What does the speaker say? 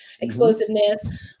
explosiveness